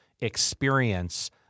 experience